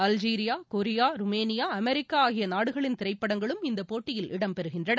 Algeria Korea Romania அமெரிக்காஆகியநாடுகளின் திரைப்படங்களும் இந்தபோட்டியில் இடம்பெறுகின்றன